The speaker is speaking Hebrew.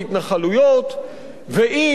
ואם עושים את זה,